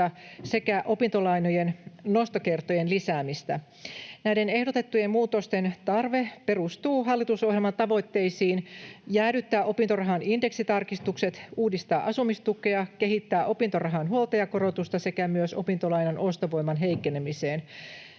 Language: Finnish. sekä opintolainojen nostokertojen lisäämistä. Näiden ehdotettujen muutosten tarve perustuu hallitusohjelman tavoitteisiin jäädyttää opintorahan indeksitarkistukset, uudistaa asumistukea ja kehittää opintorahan huoltajakorotusta sekä myös opintolainan ostovoiman heikkenemiseen.